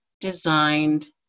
designed